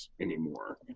anymore